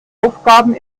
aufgaben